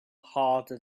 harder